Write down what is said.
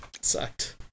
sucked